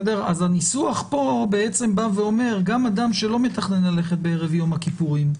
אז הניסוח פה בא ואומר שגם אדם שלא מתכנן ללכת בערב יום הכיפורים,